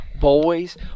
boys